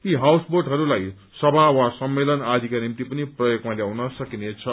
यी हाउएस बोटहरूलई सभा वा सम्मेलन आदिका निम्ति पनि प्रयोगमा ल्याउन सकिन्छ